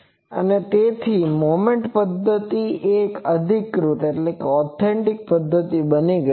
અને તેથી મોમેન્ટ પદ્ધતિ હવે એક અધિકૃત પદ્ધતિ બની ગઈ છે